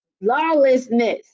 Lawlessness